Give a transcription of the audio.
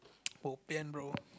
bobian bro